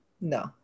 No